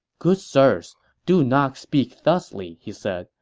good sirs, do not speak thusly, he said.